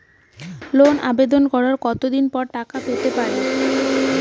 লোনের আবেদন করার কত দিন পরে টাকা পেতে পারি?